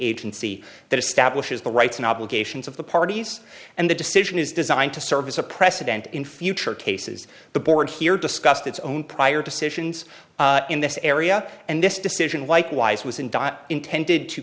agency that establishes the rights and obligations of the parties and the decision is designed to serve as a precedent in future cases the board here discussed its own prior decisions in this area and this decision likewise was in dot intended to